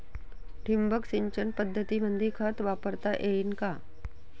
ठिबक सिंचन पद्धतीमंदी खत वापरता येईन का?